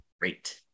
great